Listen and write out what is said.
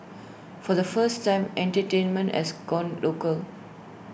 for the first time entertainment has gone local